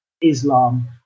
Islam